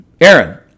Aaron